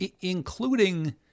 including